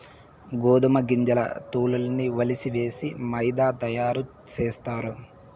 గోదుమ గింజల తోల్లన్నీ ఒలిసేసి మైదా తయారు సేస్తారు